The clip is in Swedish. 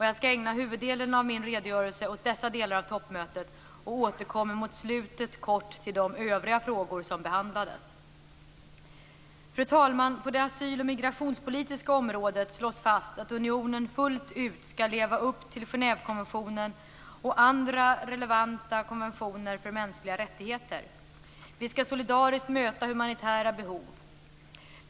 Jag ska ägna huvuddelen av min redogörelse åt dessa delar av toppmötet och återkommer mot slutet kort till de övriga frågor som behandlades. Fru talman! På det asyl och migrationspolitiska området slås fast att unionen fullt ut ska leva upp till Genèvekonventionen och andra relevanta konventioner för mänskliga rättigheter. Vi ska solidariskt möta humanitära behov.